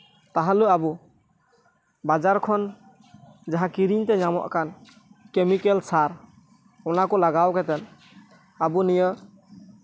ᱛᱟᱦᱞᱮ ᱟᱵᱚ ᱵᱟᱡᱟᱨ ᱠᱷᱚᱱ ᱡᱟᱦᱟᱸ ᱠᱤᱨᱤᱧ ᱛᱮ ᱧᱟᱢᱚᱜ ᱠᱟᱱ ᱠᱮᱢᱤᱠᱮᱞ ᱥᱟᱨ ᱚᱱᱟ ᱠᱚ ᱞᱟᱜᱟᱣ ᱠᱟᱛᱮᱫ ᱟᱵᱚ ᱱᱤᱭᱟᱹ